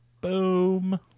Boom